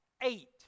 eight